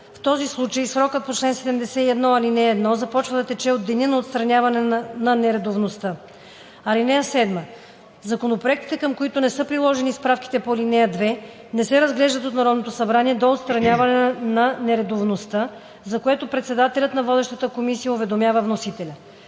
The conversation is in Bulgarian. В този случай срокът по чл. 71, ал. 1 започва да тече от деня на отстраняване на нередовността. (7) Законопроектите, към които не са приложени справките по ал. 2, не се разглеждат от Народното събрание до отстраняване на нередовността, за което председателят на водещата комисия уведомява вносителя.